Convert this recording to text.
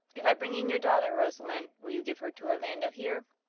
if i bring in your daughter rosalind, will you give her to orlando here?